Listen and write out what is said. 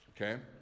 Okay